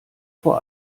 vor